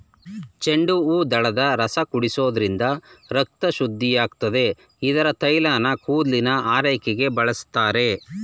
ಚೆಂಡುಹೂದಳದ ರಸ ಕುಡಿಸೋದ್ರಿಂದ ರಕ್ತ ಶುದ್ಧಿಯಾಗುತ್ತೆ ಇದ್ರ ತೈಲನ ಕೂದಲಿನ ಆರೈಕೆಗೆ ಬಳಸ್ತಾರೆ